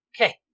Okay